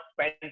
spend